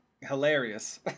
hilarious